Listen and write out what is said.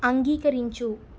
అంగీకరించు